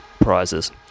prizes